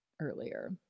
earlier